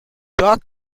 dock